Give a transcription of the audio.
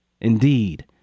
Indeed